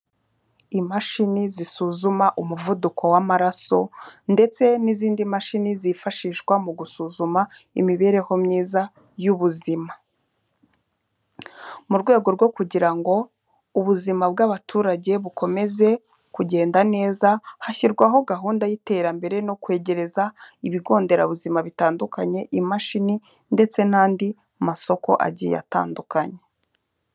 Imashini zisuzuma umuvuduko w'amaraso ndetse n'izindi mashini zifashishwa mu gusuzuma imibereho myiza y'ubuzima. Mu rwego rwo kugira ngo ubuzima bw'abaturage bukomeze kugenda neza, hashyirwaho gahunda y'iterambere no kwegereza ibigo nderabuzima bitandukanye imashini ndetse n'andi masoko agiye atandukanye.